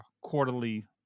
quarterly